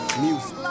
Music